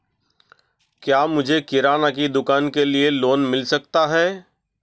क्या मुझे किराना की दुकान के लिए लोंन मिल सकता है?